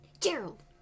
Gerald